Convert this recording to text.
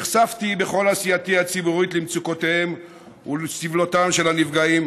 נחשפתי בכל עשייתי הציבורית למצוקותיהם ולסבלם של הנפגעים,